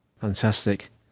Fantastic